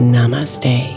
Namaste